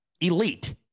elite